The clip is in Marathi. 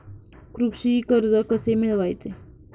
कृषी कर्ज कसे मिळवायचे?